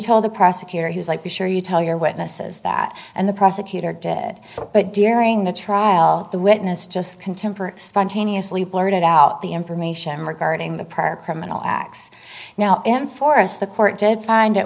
told the prosecutor he was like be sure you tell your witnesses that and the prosecutor dead but during the trial the witness just contemporary spontaneously blurted out the information regarding the prior criminal acts now and for us the court did find it